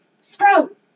Sprout